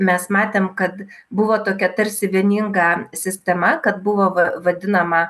mes matėm kad buvo tokia tarsi vieninga sistema kad buvo va vadinama